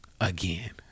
again